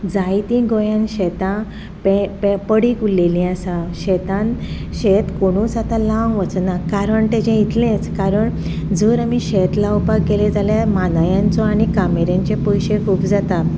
जायतीं गोंयान शेतां प प पडींग उरलेलीं आसा शेतान शेत कोणूच आतां लावंक वचना कारण तेजें इतलेंच कारण जर आमी शेत लावपाक गेलीं जाल्यार मानायांचो आनी कामेऱ्यांचें पयशे खूब जाता